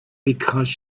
because